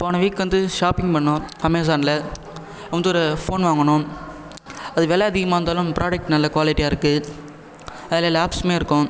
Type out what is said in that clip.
போன வீக் வந்து ஷாப்பிங் பண்ணோம் அமேசானில் வந்து ஒரு ஃபோன் வாங்கினோம் அது வில அதிகமாக இருந்தாலும் ப்ராடெக்ட் நல்ல குவாலிட்டியாக இருக்கு அதில் லாக்ஷுமே இருக்கும்